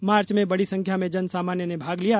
मार्च में बड़ी संख्या में जन सामान्य ने भाग लिया